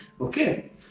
Okay